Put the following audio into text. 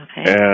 Okay